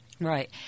Right